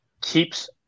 keeps